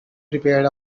prepared